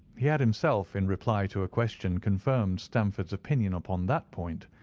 he had himself, in reply to a question, confirmed stamford's opinion upon that point.